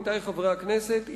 עמיתי חברי הכנסת,